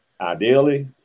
ideally